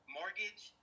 mortgage